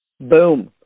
Boom